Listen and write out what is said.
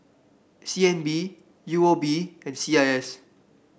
C N B U O B and C I S